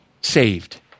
saved